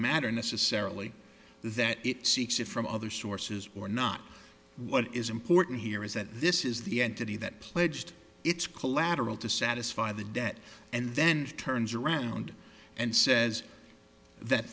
matter necessarily that it seeks it from other sources or not what is important here is that this is the entity that pledged its collateral to satisfy the debt and then turns around and says that